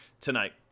tonight